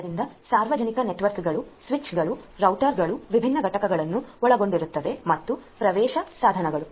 ಆದ್ದರಿಂದ ಸಾರ್ವಜನಿಕ ನೆಟ್ವರ್ಕ್ಗಳು ಸ್ವಿಚ್ಗಳುರೂಟರ್ಗಳು ವಿಭಿನ್ನ ಘಟಕಗಳನ್ನು ಒಳಗೊಂಡಿರುತ್ತವೆ ಮತ್ತು ಪ್ರವೇಶ ಸಾಧನಗಳು